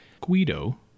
Guido